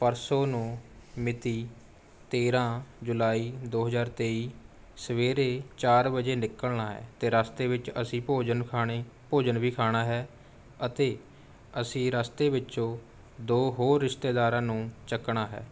ਪਰਸੋਂ ਨੂੰ ਮਿਤੀ ਤੇਰਾਂ ਜੁਲਾਈ ਦੋ ਹਜ਼ਾਰ ਤੇਈ ਸਵੇਰੇ ਚਾਰ ਵਜੇ ਨਿਕਲਣਾ ਹੈ ਅਤੇ ਰਸਤੇ ਵਿੱਚ ਅਸੀਂ ਭੋਜਨ ਖਾਣੇ ਭੋਜਨ ਵੀ ਖਾਣਾ ਹੈ ਅਤੇ ਅਸੀਂ ਰਸਤੇ ਵਿੱਚੋਂ ਦੋ ਰਿਸ਼ਤੇਦਾਰਾਂ ਨੂੰ ਚੱਕਣਾ ਹੈ